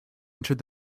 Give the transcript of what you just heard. entered